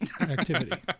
activity